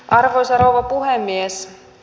arvoisa rouva puhemies